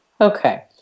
Okay